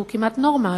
שהוא כמעט נורמה,